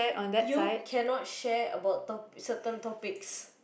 you cannot share about topic certain topics